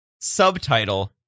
Subtitle